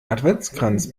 adventskranz